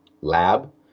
lab